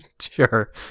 Sure